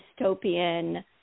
dystopian